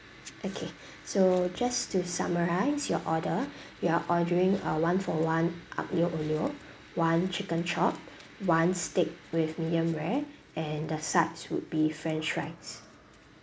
okay so just to summarise your order you're ordering a one-for-one aglio olio one chicken chop one steak with medium rare and the sides would be french fries